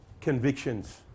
convictions